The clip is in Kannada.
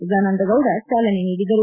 ಸದಾನಂದ ಗೌಡ ಚಾಲನೆ ನೀಡಿದರು